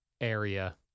area